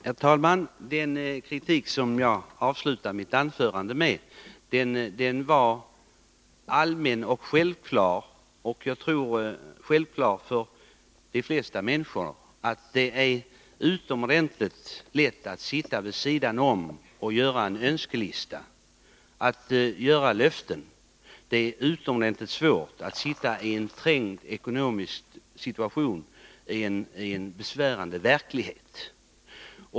Herr talman! Den kritik som jag avslutade mitt anförande med var allmän Onsdagen den och självklar. Jag tror att det är självklart för de flesta människor att det är utomordentligt lätt att sitta vid sidan om och göra en önskelista och avge löften. Men det är utomordentligt svårt att sitta i en trängd ekonomisk Allmänpolitisk situation, i en besvärande verklighet.